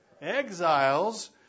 Exiles